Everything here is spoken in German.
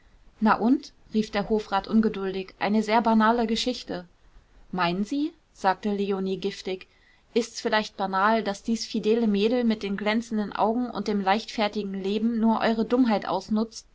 na und rief der hofrat ungeduldig eine sehr banale geschichte meinen sie sagte leonie giftig ist's vielleicht banal daß dies fidele mädel mit den glänzenden augen und dem leichtfertigen leben nur eure dummheit ausnutzt